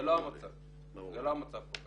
זה לא המצב פה.